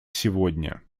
сегодня